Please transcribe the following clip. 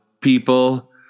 people